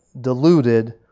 diluted